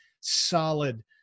solid